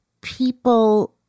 people